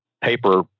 paper